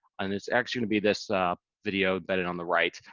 and it's actually going to be this video embedded on the right.